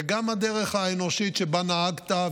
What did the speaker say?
וגם הדרך האנושית שבה נהגת,